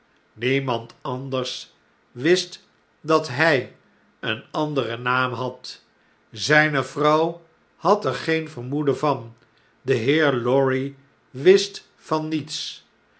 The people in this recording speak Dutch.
niemand anders wist dat hy een anderen naam had zjjne vrouw had er geen vermoeden van de heer lorry wist van niets